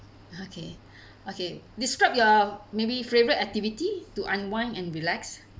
okay okay describe your maybe favourite activity to unwind and relax